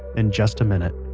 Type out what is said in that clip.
in just a minute